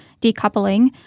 decoupling